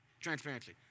transparency